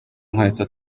nkweto